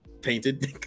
painted